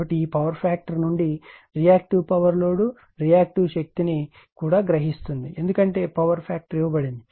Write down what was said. కాబట్టి ఈ power factor నుండి రియాక్టివ్ పవర్ లోడ్ రియాక్టివ్ శక్తిని కూడా గ్రహిస్తుంది ఎందుకంటే పవర్ ఫ్యాక్టర్ ఇవ్వబడింది